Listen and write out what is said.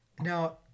Now